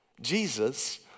Jesus